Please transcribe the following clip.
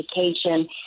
education